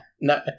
No